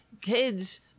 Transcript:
kids